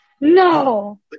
No